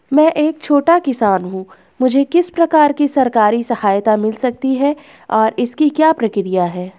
मैं एक छोटा किसान हूँ मुझे किस प्रकार की सरकारी सहायता मिल सकती है और इसकी क्या प्रक्रिया है?